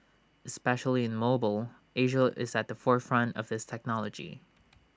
especially in mobile Asia is at the forefront of this technology